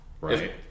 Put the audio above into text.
right